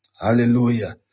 Hallelujah